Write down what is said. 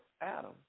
Adam